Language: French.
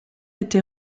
été